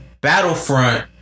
battlefront